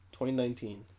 2019